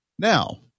Now